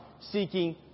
seeking